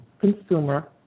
consumer